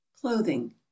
clothing